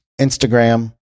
Instagram